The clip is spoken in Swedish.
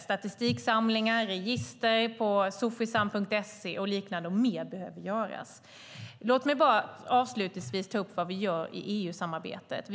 statistiksamlingar och register på sofisam.se och liknande, och mer behöver göras. Låt mig avslutningsvis ta upp vad vi gör i EU-samarbetet.